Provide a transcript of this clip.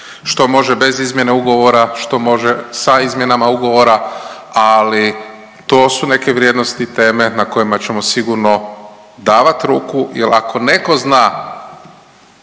što može bez izmjene ugovora, što može sa izmjenama ugovora, ali to su neke vrijednosti i teme na kojima ćemo sigurno davat ruku jel ako neko zna